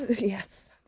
Yes